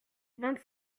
vingt